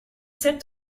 sept